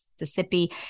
Mississippi